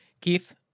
Keith